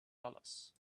dollars